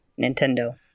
Nintendo